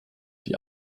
die